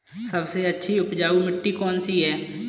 सबसे अच्छी उपजाऊ मिट्टी कौन सी है?